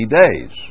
days